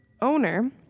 owner